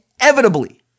inevitably